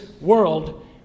world